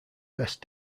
best